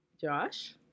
Josh